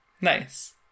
Nice